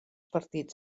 partits